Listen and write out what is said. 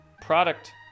Product